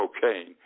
cocaine